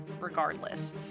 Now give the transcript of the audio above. regardless